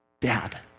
dad